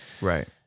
Right